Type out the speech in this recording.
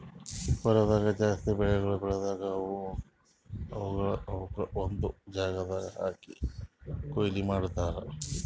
ಹೊಲ್ದಾಗ್ ಜಾಸ್ತಿ ಬೆಳಿಗೊಳ್ ಬೆಳದಾಗ್ ಅವುಕ್ ಒಂದು ಜಾಗದಾಗ್ ಹಾಕಿ ಕೊಯ್ಲಿ ಮಾಡ್ತಾರ್